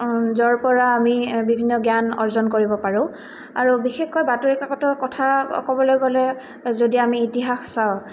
য'ৰ পৰা আমি বিভিন্ন জ্ঞান অৰ্জন কৰিব পাৰোঁ আৰু বিশেষকৈ বাতৰিকাকতৰ কথা ক'বলৈ গ'লে যদি আমি ইতিহাস চাওঁ